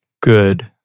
good